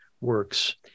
works